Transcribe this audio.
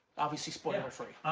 obviously spoiler free.